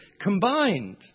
combined